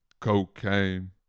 Cocaine